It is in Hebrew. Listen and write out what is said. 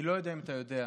אני לא יודע אם אתה יודע,